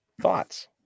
Thoughts